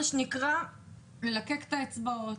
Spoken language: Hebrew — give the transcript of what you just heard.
בצורה שללקק את האצבעות.